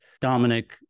Dominic